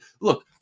look